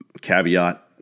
Caveat